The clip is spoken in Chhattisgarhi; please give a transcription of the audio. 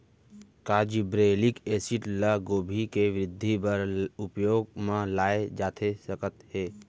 का जिब्रेल्लिक एसिड ल गोभी के वृद्धि बर उपयोग म लाये जाथे सकत हे?